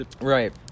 Right